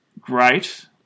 great